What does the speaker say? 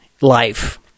life